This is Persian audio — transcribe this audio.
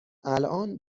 الآن